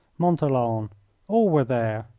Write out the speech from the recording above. montholon all were there.